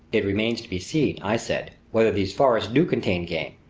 it remains to be seen, i said, whether these forests do contain game,